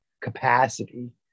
capacity